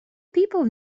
people